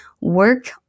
work